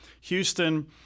Houston